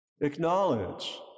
acknowledge